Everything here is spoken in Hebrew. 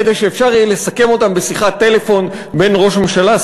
כדי שיהיה אפשר לסכם אותן בשיחת טלפון בין ראש הממשלה,